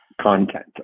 content